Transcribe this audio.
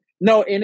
No